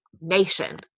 nation